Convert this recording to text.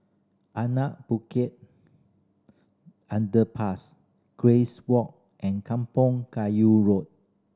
Anak Bukit Underpass Grace Walk and Kampong Kayu Road